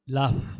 love